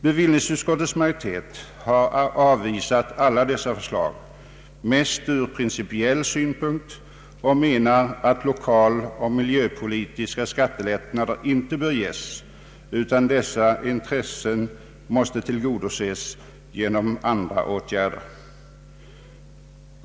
Bevillningsutskottets majoritet har avvisat alla dessa förslag främst från principiell synpunkt och menar att lokaloch miljöpolitiska skattelättnader inte bör ges utan att detta intresse måste tillgodoses genom andra åtgärder.